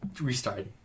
Restart